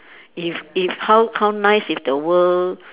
if if how how nice if the world